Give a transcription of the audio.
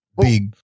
big